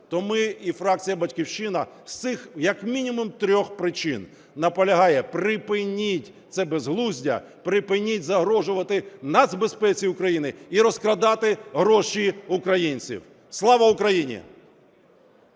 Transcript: То ми, і фракція "Батьківщина", з цих як мінімум трьох причин наполягаємо: припиніть це безглуздя, припиніть загрожувати нацбезпеці України і розкрадати гроші українців. Слава Україні!